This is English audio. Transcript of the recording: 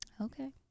Okay